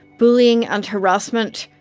bullying and harassment.